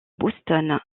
boston